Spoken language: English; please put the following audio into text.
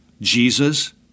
Jesus